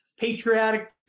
patriotic